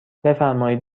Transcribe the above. بفرمایید